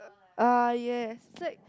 ah yes like